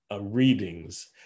readings